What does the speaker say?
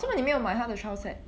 做么你没有买它的 trial set